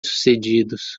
sucedidos